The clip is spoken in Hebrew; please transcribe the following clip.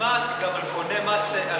מס גם על קניית דירה ראשונה.